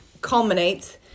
culminates